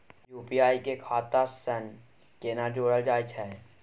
UPI के खाता सं केना जोरल जाए छै?